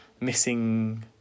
missing